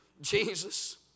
Jesus